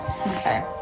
Okay